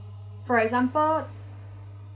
for example